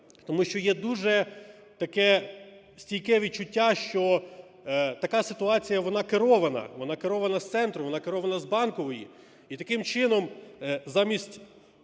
Тому що є дуже таке стійке відчуття, що така ситуація - вона керована, вона з центру, вона керована з Банкової. І таким чином, замість